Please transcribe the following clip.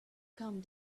come